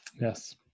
yes